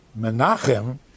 Menachem